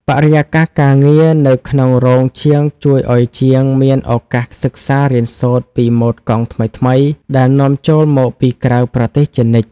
បរិយាកាសការងារនៅក្នុងរោងជាងជួយឱ្យជាងមានឱកាសសិក្សារៀនសូត្រពីម៉ូដកង់ថ្មីៗដែលនាំចូលមកពីក្រៅប្រទេសជានិច្ច។